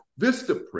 Vistaprint